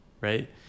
right